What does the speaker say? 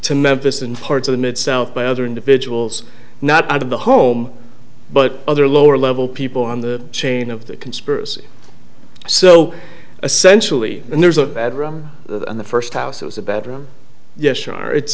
to memphis and parts of the mid south by other individuals not out of the home but other lower level people on the chain of the conspiracy so essentially and there's a bedroom and the first house was a bedroom yes sure it's